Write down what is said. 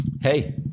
hey